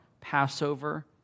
Passover